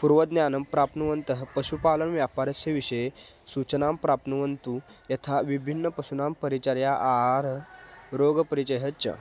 पूर्वज्ञानं प्राप्नुवन्तः पशुपालनव्यापारस्य विषये सूचनां प्राप्नुवन्तु यथा विभिन्नपशूनां परिचर्या आचारः रोगपरिचयः च